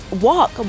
walk